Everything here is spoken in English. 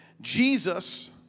Jesus